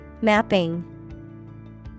Mapping